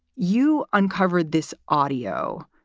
you uncovered this audio.